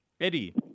Eddie